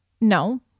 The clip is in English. No